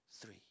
three